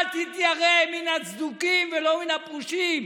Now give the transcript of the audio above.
אל תתיירא מן הצדוקים ולא מן הפרושים,